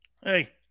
Hey